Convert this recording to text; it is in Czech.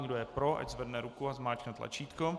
Kdo je pro, ať zvedne ruku a zmáčkne tlačítko.